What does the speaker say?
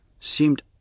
seemed